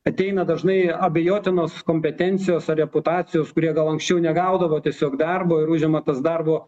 ateina dažnai abejotinos kompetencijos ar reputacijos kurie gal anksčiau negaudavo tiesiog darbo ir užima tas darbo